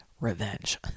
revenge